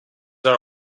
are